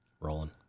rolling